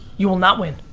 you will not win.